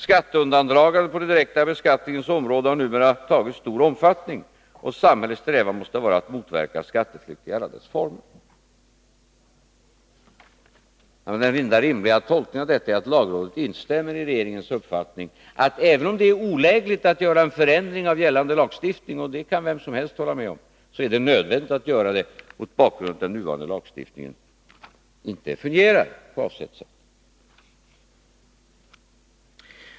Skatteundandragandet på den direkta beskattningens område har numera tagit stor omfattning och samhällets strävan måste vara att motverka skatteflykt i alla dess former.” Den enda rimliga tolkningen av detta är att lagrådet instämmer i regeringens uppfattning att även om det är olägligt att göra en förändring av gällande lagstiftning — och det kan vem som helst hålla med om -— så är det nödvändigt att göra det mot bakgrund av att den nuvarande lagstiftningen inte fungerar på avsett sätt.